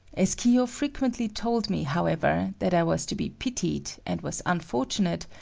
as kiyo frequently told me, however, that i was to be pitied, and was unfortunate,